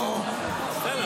בוא --- בסדר.